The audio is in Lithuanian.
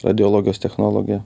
radiologijos technologė